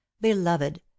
Beloved